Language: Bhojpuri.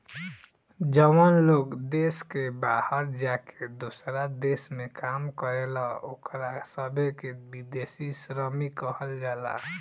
जवन लोग देश के बाहर जाके दोसरा देश में काम करेलन ओकरा सभे के विदेशी श्रमिक कहल जाला